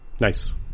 Nice